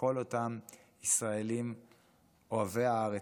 לכל אותם ישראלים אוהבי הארץ,